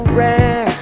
rare